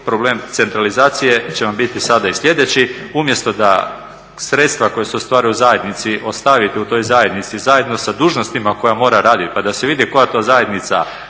Problem centralizacije će vam biti sada i sljedeći. Umjesto da sredstva koja se ostvaruju u zajednici ostavite u toj zajednici zajedno sa dužnostima koje mora raditi pa da se vidi koja to zajednica